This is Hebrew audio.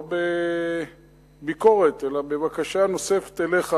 לא בביקורת אלא בבקשה נוספת אליך,